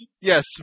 Yes